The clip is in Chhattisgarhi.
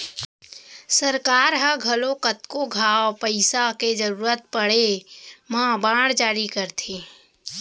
सरकार ह घलौ कतको घांव पइसा के जरूरत परे म बांड जारी करथे